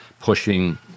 pushing